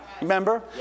Remember